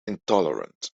intolerant